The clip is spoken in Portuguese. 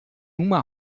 uma